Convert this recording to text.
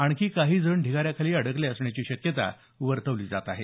आणखी काही जण ढिगाऱ्याखाली अडकले असण्याची शक्यता वर्तविली जात आहे